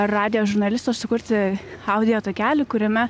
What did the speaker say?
radijo žurnalisto sukurti audio takelį kuriame